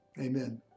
Amen